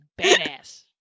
badass